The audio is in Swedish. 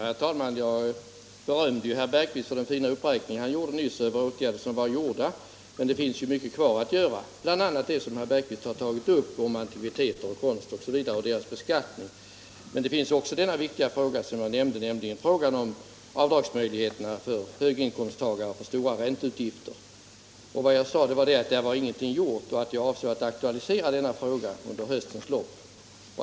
Herr talman! Jag berömde herr Bergqvist för den uppräkning han nyss gjorde av åtgärder som redan är vidtagna — men det finns ju mycket kvar att göra, bl.a. det som herr Bergqvist har talat om när det gäller beskattning av antikviteter, konst osv. Här finns också den viktiga fråga jag nämnde, nämligen höginkomsttagarnas avdragsmöjligheter för stora ränteutgifter. Vad jag sade var att där var ingenting gjort och att jag ämnar aktualisera denna fråga under riksmötet.